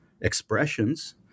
expressions